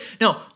no